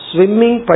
Swimming